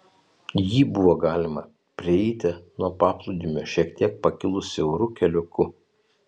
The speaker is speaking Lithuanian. jį buvo galima prieiti nuo paplūdimio šiek tiek pakilus siauru keliuku